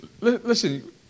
listen